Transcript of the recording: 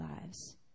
lives